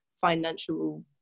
financial